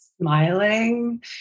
Smiling